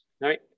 right